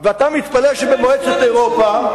ואתה מתפלא שבמועצת אירופה,